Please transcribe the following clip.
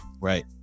Right